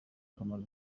kamaro